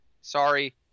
Sorry